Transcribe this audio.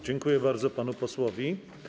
Dziękuję bardzo panu posłowi.